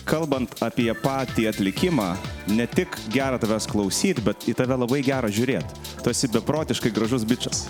kalbant apie patį atlikimą ne tik gera tavęs klausyt bet ji tave labai gera žiūrėti tarsi beprotiškai gražus bičas